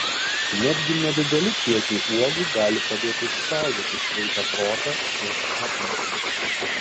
netgi nedideli kiekiai uogų gali padėti išsaugoti sveiką protą ir atmintį